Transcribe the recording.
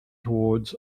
towards